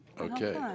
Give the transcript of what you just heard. Okay